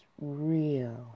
real